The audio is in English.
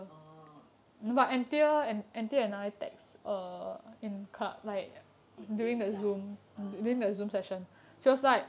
orh in class ah